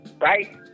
Right